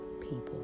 people